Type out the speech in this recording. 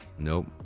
Nope